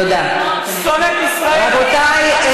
תודה, אדוני.